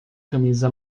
camisa